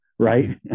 Right